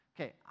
Okay